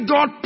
God